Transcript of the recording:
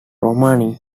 romani